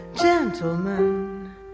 gentlemen